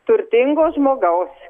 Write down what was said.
turtingo žmogaus